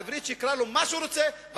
גם הוא לא נבחר ציבור, ב.